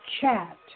chat